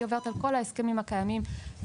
היא עוברת על כל ההסכמים הקיימים ואם